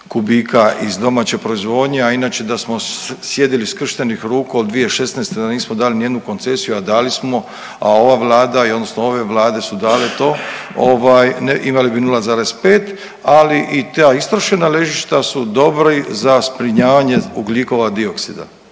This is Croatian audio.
kubika iz domaće proizvodnje, a inače da smo sjedili skrštenih ruku od 2016., da nismo dali nijednu koncesiju, a dali smo, a ova Vlada i odnosno ove Vlade su dale to ovaj imali bi 0,5, ali i ta istrošena ležišta su dobri za zbrinjavanje ugljikova dioksida,